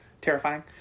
terrifying